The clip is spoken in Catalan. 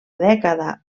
dècada